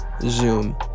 Zoom